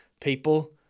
people